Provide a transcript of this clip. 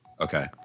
Okay